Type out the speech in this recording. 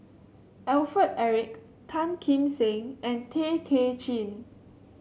Alfred Eric Tan Kim Seng and Tay Kay Chin